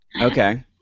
Okay